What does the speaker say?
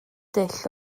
dull